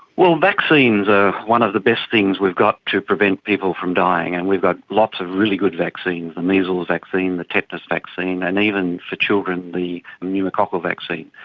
well, vaccines are one of the best things we've got to prevent people from dying and we've got lots of really good vaccines the measles vaccine, the tetanus vaccine, and even for children the pneumococcal vaccine.